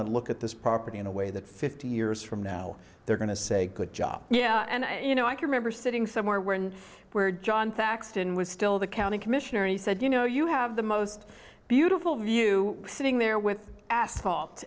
to look at this property in a way that fifty years from now they're going to say good job yeah and you know i can remember sitting somewhere where and where john taxed and was still the county commissioner and he said you know you have the most beautiful view sitting there with asphalt